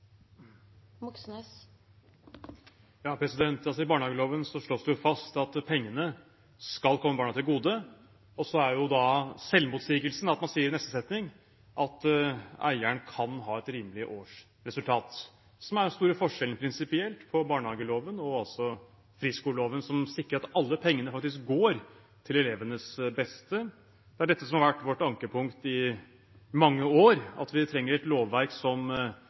I barnehageloven slås det fast at pengene skal komme barna til gode. Og så er da selvmotsigelsen at man sier i neste setning at eieren kan ha et rimelig årsresultat – som er den store forskjellen prinsipielt på barnehageloven og friskoleloven, som sikrer at alle pengene faktisk går til elevenes beste. Det er dette som har vært vårt ankepunkt i mange år, at vi trenger et lovverk som